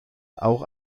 auch